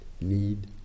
need